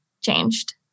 changed